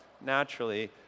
naturally